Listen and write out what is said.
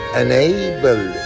enable